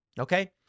Okay